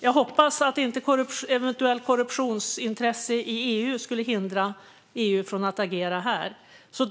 Jag hoppas att ett eventuellt korruptionsintresse i EU inte skulle hindra EU från att agera här.